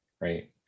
right